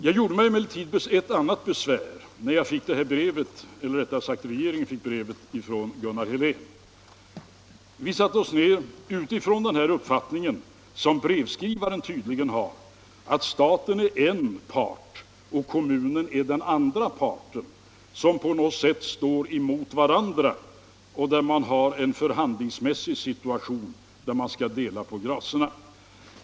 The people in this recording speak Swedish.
Jag gjorde mig emellertid ett annat besvär när regeringen fick det här brevet från Gunnar Helén. Vi satte oss ner och talade om problemet utifrån den uppfattning som brevskrivaren tydligen har, nämligen att staten är en part och kommunen den andra parten som på något sätt står emot varandra och där man i en förhandlingsmässig situation skall dela på gracerna.